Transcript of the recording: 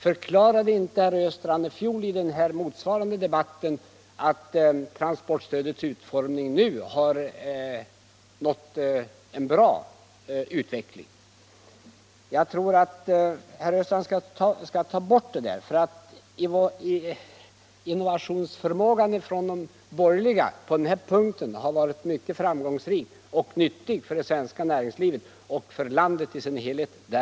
Förklarade inte herr Östrand i den motsvarande debatten i fjol att transportstödets utformning nu har blivit bra? De borgerligas innovationsvilja på denna punkt har varit framgångsrik och nyttig för det svenska näringslivet och därmed för landet i dess helhet.